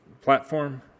platform